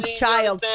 child